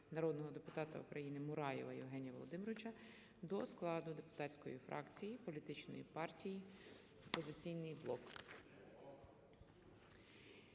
народного депутата України Мураєва Євгенія Володимировича до складу депутатської фракції політичної партії "Опозиційний блок".